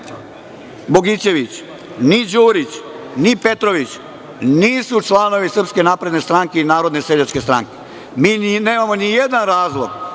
Bogićević, ni Đurić, ni Petrović nisu članovi Srpske napredne stranke i Narodne seljačke stranke. Mi nemamo nijedan razlog